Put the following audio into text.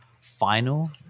final